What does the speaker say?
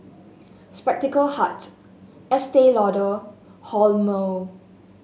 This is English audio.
Spectacle Hut Estee Lauder Hormel